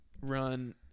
run